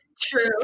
True